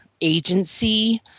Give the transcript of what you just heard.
agency